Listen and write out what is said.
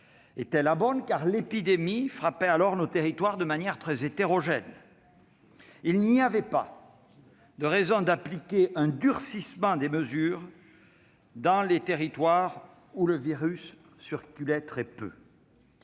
était la bonne, car l'épidémie frappait alors nos territoires de manière très hétérogène ; il n'y avait pas de raison d'appliquer un durcissement des mesures dans les territoires où le virus circulait très peu.